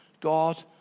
God